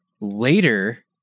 later